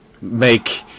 make